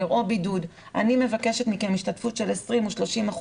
או בידוד אני מבקשת מכם השתתפות של 20% או 30%,